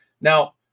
Now